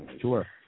Sure